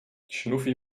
schnuffi